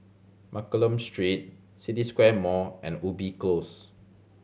Mccallum Street City Square Mall and Ubi Close